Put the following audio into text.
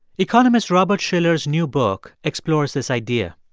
economist robert shiller's new book explores this idea.